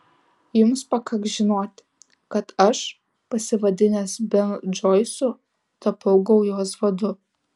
jums pakaks žinoti kad aš pasivadinęs benu džoisu tapau gaujos vadu